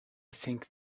think